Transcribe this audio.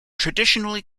traditionally